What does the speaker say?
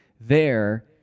There